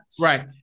Right